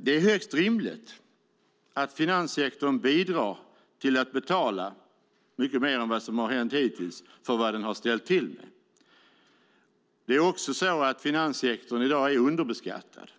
Det är högst rimligt att finanssektorn bidrar till att betala - mycket mer än vad som har gjorts hittills - för vad den har ställt till med. Finanssektorn är i dag underbeskattad.